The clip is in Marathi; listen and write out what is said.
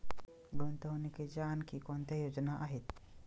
गुंतवणुकीच्या आणखी कोणत्या योजना आहेत?